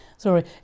Sorry